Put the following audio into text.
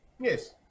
Yes